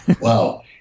Wow